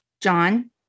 John